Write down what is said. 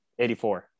84